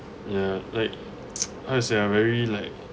ya like how to say ah very like